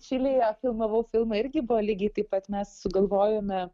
čilėje filmavau filmą irgi buvo lygiai taip pat mes sugalvojome